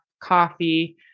coffee